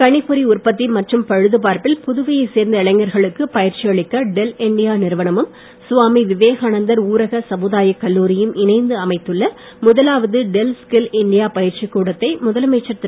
கணிப்பொறி உற்பத்தி மற்றும் பழுதுபார்ப்பில் புதுவையைச் சேர்ந்த இளைஞர்களுக்கு பயிற்சி அளிக்க டெல் இண்டியா நிறுவனமும் சுவாமி விவேகானந்தர் ஊரக சமுதாயக் கல்லூரியும் இணைந்து அமைத்துள்ள முதலாவது டெல் ஸ்கில் இண்டியா பயிற்சிக் கூடத்தை முதலமைச்சர் திரு